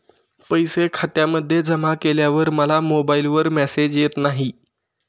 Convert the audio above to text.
पैसे खात्यामध्ये जमा केल्यावर मला मोबाइलवर मेसेज येत नाही?